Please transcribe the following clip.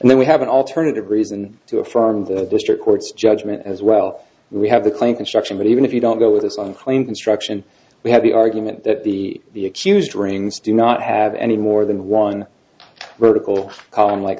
and then we have an alternative reason to affirm the district court's judgment as well we have the claim construction but even if you don't go with this one claim construction we have the argument that the the accused rings do not have any more than one vertical column like